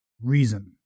reason